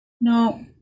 no